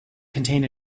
contained